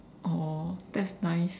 oh that's nice